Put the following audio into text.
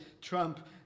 trump